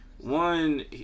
One